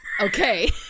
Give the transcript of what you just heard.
okay